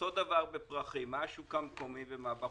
אותו דבר בפרחים מה השוק המקומי ומה בחוץ?